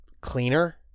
cleaner